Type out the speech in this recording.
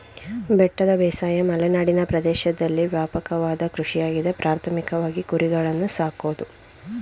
ಬೆಟ್ಟದ ಬೇಸಾಯ ಮಲೆನಾಡಿನ ಪ್ರದೇಶ್ದಲ್ಲಿ ವ್ಯಾಪಕವಾದ ಕೃಷಿಯಾಗಿದೆ ಪ್ರಾಥಮಿಕವಾಗಿ ಕುರಿಗಳನ್ನು ಸಾಕೋದು